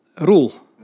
rule